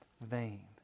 vain